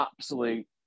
absolute